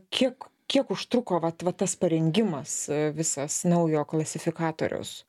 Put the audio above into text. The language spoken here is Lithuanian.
kiek kiek užtruko vat va tas parengimas visas naujo klasifikatoriaus